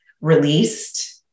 released